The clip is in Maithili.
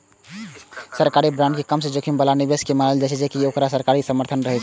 सरकारी बांड के कम जोखिम बला निवेश मानल जाइ छै, कियै ते ओकरा सरकारी समर्थन रहै छै